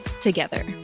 together